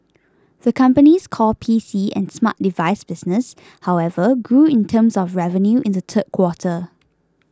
the company's core P C and smart device business however grew in terms of revenue in the third quarter